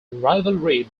rivalry